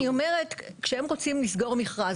אני אומרת, כשהם רוצים לסגור מכרז.